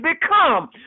become